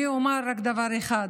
אני אומר רק דבר אחד,